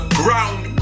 ground